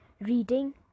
reading